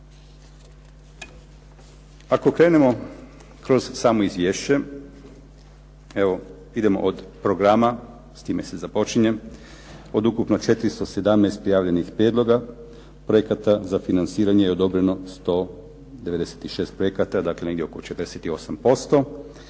Ako krenemo kroz samo izvješće evo idemo od programa, s time se započinje. Od ukupno 417 prijavljenih prijedloga projekata za financiranje je odobreno 196 projekata, dakle negdje oko 48%.